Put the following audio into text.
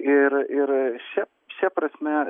ir ir šia šia prasme